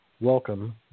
Welcome